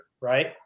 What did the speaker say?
right